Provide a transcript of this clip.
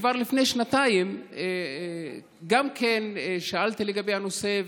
כבר לפני שנתיים שאלתי בנושא,